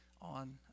on